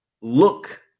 look